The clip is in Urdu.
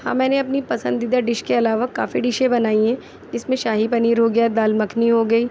ہاں میں نے اپنی پسندیدہ ڈش کے علاوہ کافی ڈشیں بنائی ہیں جس میں شاہی پنیر ہو گیا دال مکھنی ہو گئی